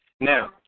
Now